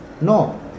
No